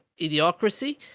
Idiocracy